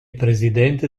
presidente